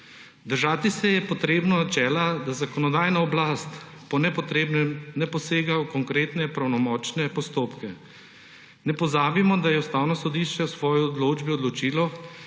Držati se je treba načela, da zakonodajna oblast po nepotrebnem ne posega v konkretne pravnomočne postopke. Ne pozabimo, da je Ustavno sodišče v svoji odločbi odločilo,